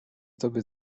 tobie